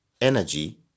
Energy